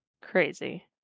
Crazy